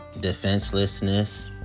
defenselessness